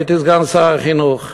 הייתי סגן שר החינוך.